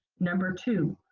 number two,